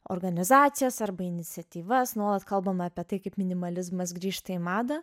organizacijas arba iniciatyvas nuolat kalbama apie tai kaip minimalizmas grįžta į madą